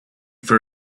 for